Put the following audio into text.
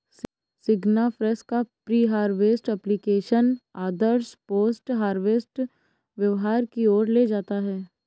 सिग्नाफ्रेश का pre harvest application आदर्श post harvest व्यवहार की ओर ले जाता है